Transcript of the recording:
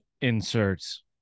inserts